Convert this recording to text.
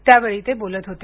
त्यावेळी ते बोलत होते